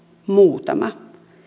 muutama